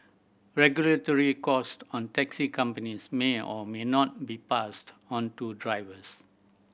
regulatory cost on taxi companies may or may not be passed onto drivers